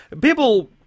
People